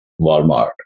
Walmart